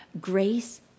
Grace